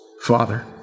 Father